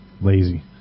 lazy